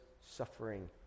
suffering